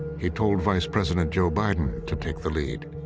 he told vice president joe biden to take the lead.